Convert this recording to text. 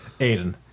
Aiden